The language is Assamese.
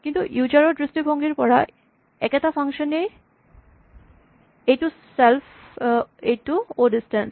কিন্তু ইউজাৰ ৰ দৃষ্টিভংগীৰ পৰা একেটা ফাংচন এই আছে এইটো ছেল্ফ এইটো অ' ডিচটেন্স